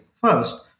First